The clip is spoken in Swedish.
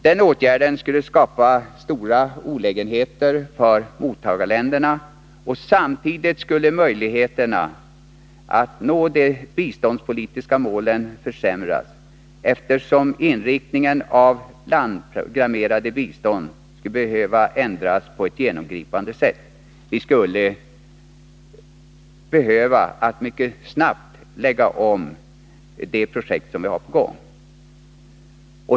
Den åtgärden skulle skapa stora olägenheter för mottagarländerna, och samtidigt skulle möjligheterna att nå de biståndspolitiska målen försämras, eftersom inriktningen av det landprogrammerade biståndet skulle behöva ändras på ett genomgripande sätt. Vi skulle behöva mycket snabbt lägga om de projekt som vi har på gång.